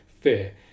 Fear